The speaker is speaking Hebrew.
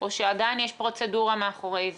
או שעדיין יש פרוצדורה מאחורי זה?